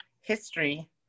history